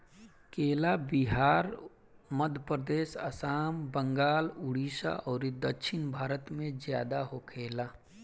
केला बिहार, मध्यप्रदेश, आसाम, बंगाल, उड़ीसा अउरी दक्षिण भारत में ज्यादा होखेला